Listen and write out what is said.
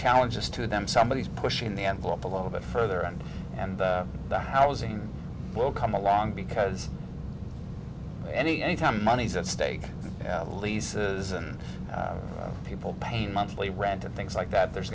challenges to them somebody is pushing the envelope a little bit further and and that housing will come along because any any time money's at stake leases and people pay monthly rent and things like that there's